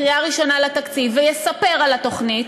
בקריאה ראשונה על התקציב, ויספר על תוכנית,